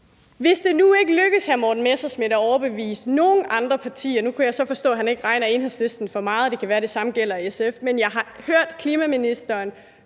at det ikke lykkes hr. Morten Messerschmidt at overbevise nogen andre partier – nu kan jeg så forstå, han ikke regner Enhedslisten for ret meget, det kan være, det samme gælder SF. Jeg har også hørt klimaministeren